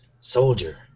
soldier